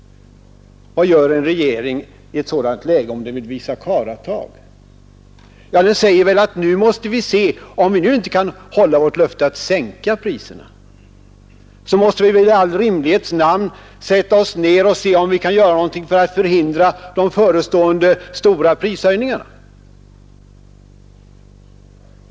Vad gör en regering i ett sådant läge, om den vill visa karlatag? Jo, den resonerar väl så här: Om vi inte kan hålla vårt löfte att sänka priserna, måste vi väl i all rimlighets namn åtminstone sätta oss ner och se efter om vi kan förhindra de förestående stora prishöjningarna.